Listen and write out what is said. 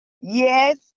Yes